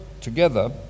together